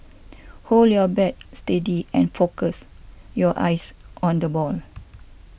hold your bat steady and focus your eyes on the ball